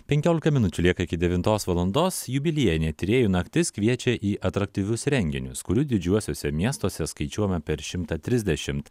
penkiolika minučių lieka iki devintos valandos jubiliejinė tyrėjų naktis kviečia į atraktyvius renginius kurių didžiuosiuose miestuose skaičiuojama per šimtą trisdešimt